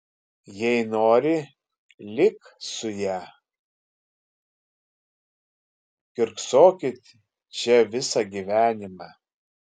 jei nori lik su ja kiurksokit čia visą gyvenimą